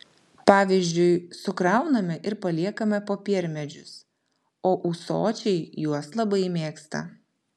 pavyzdžiui sukrauname ir paliekame popiermedžius o ūsočiai juos labai mėgsta